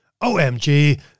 OMG